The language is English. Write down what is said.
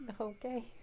okay